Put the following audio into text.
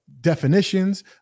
definitions